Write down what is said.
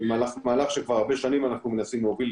במהלך שהרבה שנים אנחנו מנסים להוביל